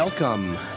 Welcome